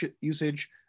usage